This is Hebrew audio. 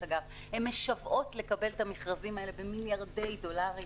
הן משוועות לקבל את המכרזים האלה במיליארדי דולרים.